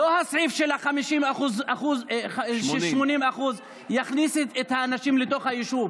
לא הסעיף של ה-80% יכניס את האנשים לתוך היישוב,